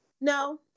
No